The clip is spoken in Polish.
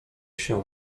się